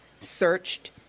searched